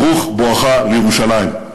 ברוך בואך לירושלים.